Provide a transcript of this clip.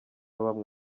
bamwe